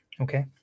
okay